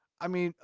i mean,